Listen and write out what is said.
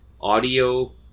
audio